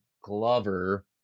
glover